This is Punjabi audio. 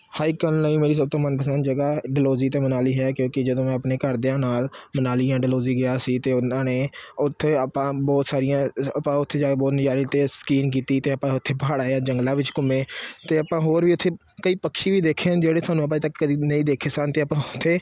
ਹਾਈਕ ਕਰਨ ਲਈ ਮੇਰੀ ਸਭ ਤੋਂ ਮਨਪਸੰਦ ਜਗ੍ਹਾ ਹੈ ਡਲਹੌਜੀ ਅਤੇ ਮਨਾਲੀ ਹੈ ਕਿਉਂਕਿ ਜਦੋਂ ਮੈਂ ਆਪਣੇ ਘਰਦਿਆਂ ਨਾਲ ਮਨਾਲੀ ਜਾਂ ਡਲਹੌਜ਼ੀ ਗਿਆ ਸੀ ਅਤੇ ਉਹਨਾਂ ਨੇ ਉੱਥੇ ਆਪਾਂ ਬਹੁਤ ਸਾਰੀਆਂ ਆਪਾਂ ਉੱਥੇ ਜਾ ਕੇ ਬਹੁਤ ਨਜ਼ਾਰੇ ਅਤੇ ਸਕੀਨ ਕੀਤੀ ਅਤੇ ਆਪਾਂ ਉੱਥੇ ਪਹਾੜਾਂ ਜਾਂ ਜੰਗਲਾਂ ਵਿੱਚ ਘੁੰਮੇ ਅਤੇ ਆਪਾਂ ਹੋਰ ਵੀ ਉੱਥੇ ਕਈ ਪੰਛੀ ਵੀ ਦੇਖੇ ਹਨ ਜਿਹੜੇ ਤੁਹਾਨੂੰ ਆਪਾਂ ਅੱਜ ਤੱਕ ਕਦੀ ਨਹੀਂ ਦੇਖੇ ਸਨ ਅਤੇ ਆਪਾਂ ਉੱਥੇ